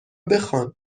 بخوان